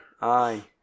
aye